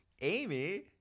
amy